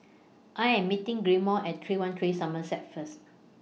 I Am meeting Gilmore At three one three Somerset First